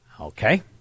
Okay